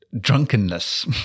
drunkenness